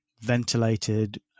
ventilated